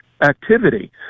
activity